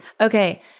Okay